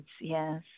yes